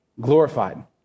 glorified